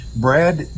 Brad